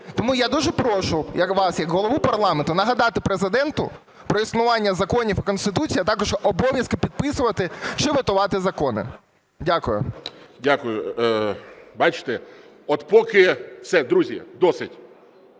Тому я дуже прошу вас як Голову парламенту нагадати Президенту про існування законів, Конституції, а також обов'язки підписувати чи ветувати закони. Дякую. ГОЛОВУЮЧИЙ. Дякую. Бачите, от поки… Все, друзі, досить.